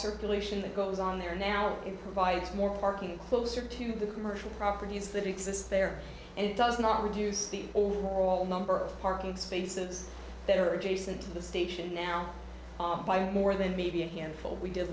circulation that goes on there now it provides more parking closer to the commercial properties that exist there and does not reduce the all number of parking spaces that are adjacent to the station now by more than maybe a handful we did